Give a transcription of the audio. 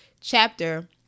chapter